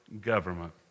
government